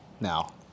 now